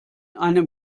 einem